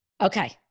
Okay